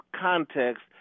context